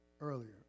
earlier